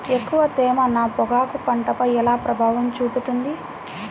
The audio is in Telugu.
ఎక్కువ తేమ నా పొగాకు పంటపై ఎలా ప్రభావం చూపుతుంది?